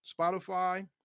Spotify